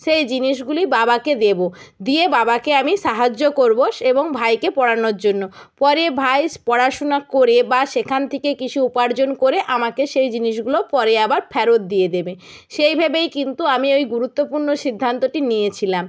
সেই জিনিসগুলি বাবাকে দেবো দিয়ে বাবাকে আমি সাহায্য করবো এবং ভাইকে পড়ানোর জন্য পরে ভাই পড়াশুনা করে বা সেখান থেকে কিছু উপার্জন করে আমাকে সেই জিনিসগুলো পরে আবার ফেরত দিয়ে দেবে সেই ভেবেই কিন্তু আমি ওই গুরুত্বপূর্ণ সিদ্ধান্তটি নিয়েছিলাম